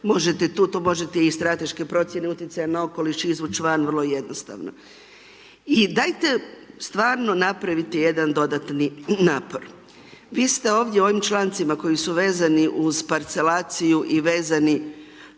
možete tu tu možete i strateške procjene utjecaja na okoliš izvući van, vrlo jednostavno. I dajte stvarno napravite jedan dodatan napor. Vi ste ovdje u ovim člancima koji su vezani uz parcelaciju i vezani